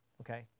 okay